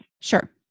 Sure